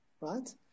right